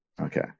okay